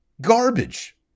garbage